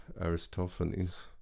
Aristophanes